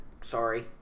sorry